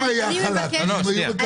אם היה חל"ת הם היו מקבלים.